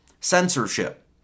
Censorship